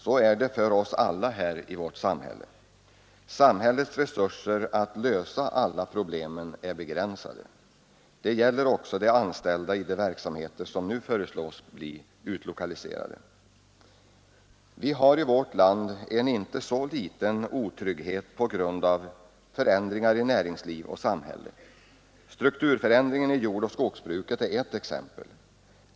Så är det för oss alla i vårt samhälle. Samhällets resurser att lösa alla problem är begränsade. Det gäller också de anställda i de verksamheter som nu föreslås bli utlokaliserade. Vi har i vårt land en inte så liten otrygghet på grund av förändringar i näringsliv och samhälle. Strukturförändringen i jordoch skogsbruk är ett exempel.